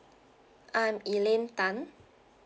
I'm elaine tan